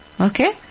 Okay